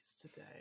today